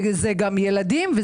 גם ילדים,